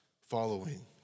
following